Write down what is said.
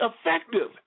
effective